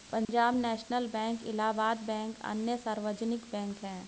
Punjab national bank Allahabad bank अन्य सार्वजनिक bank है